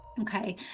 Okay